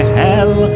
hell